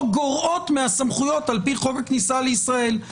גורעות מהסמכויות על פי חוק הכניסה לישראל.